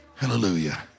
Hallelujah